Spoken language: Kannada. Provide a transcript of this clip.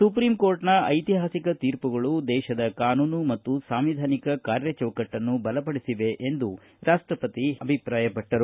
ಸುಪ್ರೀಂಕೋರ್ಟ್ನ ಐತಿಹಾಸಿಕ ತೀರ್ಮಗಳು ದೇಶದ ಕಾನೂನು ಮತ್ತು ಸಾಂವಿಧಾನಿಕ ಕಾರ್ಯ ಚೌಕಟ್ಟನ್ನು ಬಲಪಡಿಸಿವೆ ಎಂದು ಅವರು ಹೇಳಿದರು